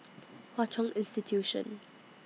Hwa Chong Institution